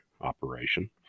operation